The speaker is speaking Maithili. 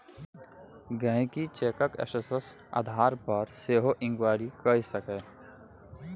गांहिकी चैकक स्टेटस आधार पर सेहो इंक्वायरी कए सकैए